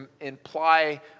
imply